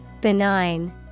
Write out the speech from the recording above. Benign